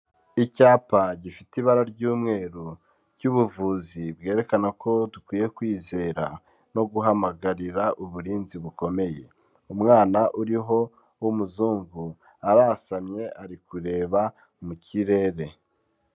Icyapa gifite ibara ry'umweru cy'ubuvuzi bwerekana ko dukwiye kwizera no guhamagarira uburinzi bukomeye. Umwana uriho w'umuzungu arasamye ari kureba mu kirere.